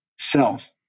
self